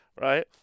right